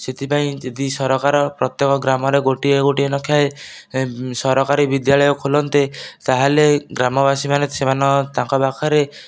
ସେଥିପାଇଁ ଯଦି ସରକାର ପ୍ରତ୍ୟେକ ଗ୍ରାମରେ ଗୋଟିଏ ଗୋଟିଏ ଲେଖାଏଁ ସରକାରୀ ବିଦ୍ୟାଳୟ ଖୋଲନ୍ତେ ତା'ହେଲେ ଗ୍ରାମବାସୀମାନେ ସେମାନଙ୍କ ତାଙ୍କ ପାଖରେ